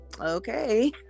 okay